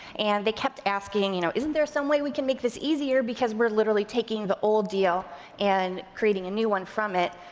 and they kept asking, you know isn't there someway we can make this easier because we're literally taking the old deal and creating a new one from it,